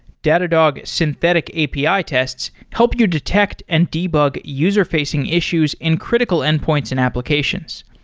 datadog synthetic api ah tests help you detect and debug user-facing issues in critical endpoints and applications.